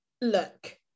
look